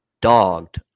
dogged